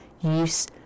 use